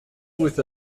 with